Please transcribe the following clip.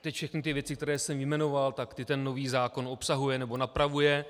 Teď všechny ty věci, které jsem vyjmenoval, ten nový zákon obsahuje, nebo napravuje.